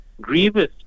Grievous